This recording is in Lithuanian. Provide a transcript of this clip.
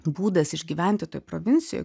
būdas išgyventi toj provincijoj